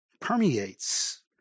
permeates